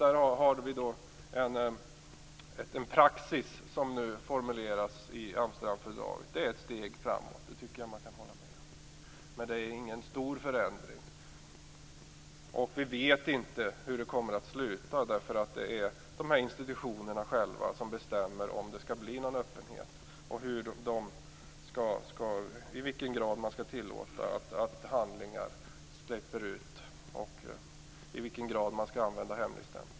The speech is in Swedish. Där har vi en praxis som nu formuleras i Amsterdamfördraget. Det är ett steg framåt, det tycker jag att man kan hålla med om. Det är ingen stor förändring. Vi vet inte hur det hela kommer att sluta. Det är institutionerna själva som bestämmer om det skall bli någon öppenhet och i vilken grad handlingar skall släppas ut eller hemligstämplas.